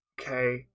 Okay